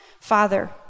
Father